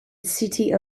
city